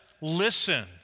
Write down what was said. listen